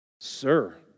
Sir